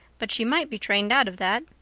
but she might be trained out of that.